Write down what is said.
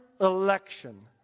election